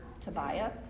Tobiah